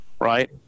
right